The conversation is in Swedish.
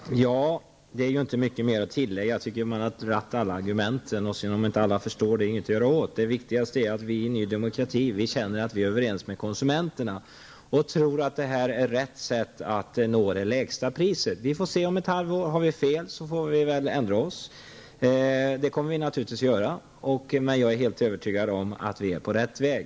Fru talman! Det är inte mycket mer att tillägga. Jag tycker att man har tagit fram alla argument. Om sedan inte alla förstår dem, är det inte någonting att göra åt. Det viktigaste är att vi i Ny Demokrati känner att vi är överens med konsumenterna. Vi tror att det här är rätt sätt att nå de lägsta priserna. Vi får se om ett halvår. Har vi fel får vi väl ändra oss. Det kommer vi naturligtvis att göra då. Men jag är helt övertygad om att vi är på rätt väg.